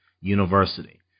University